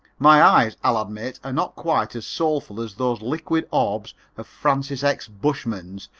my eyes, i'll admit, are not quite as soulful as those liquid orbs of francis x. bushman's,